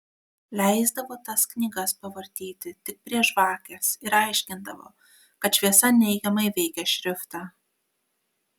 leisdavo tas knygas pavartyti tik prie žvakės ir aiškindavo kad šviesa neigiamai veikia šriftą